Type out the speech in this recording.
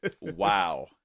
Wow